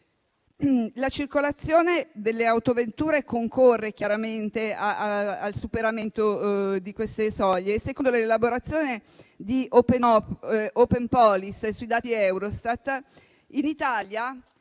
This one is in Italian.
La circolazione delle autovetture concorre chiaramente al superamento di queste soglie. Secondo l'elaborazione di Openpolis dei dati Eurostat in Italia